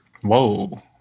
Whoa